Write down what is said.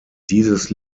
dieses